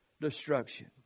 destruction